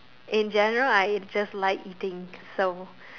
in general I just like dim-sum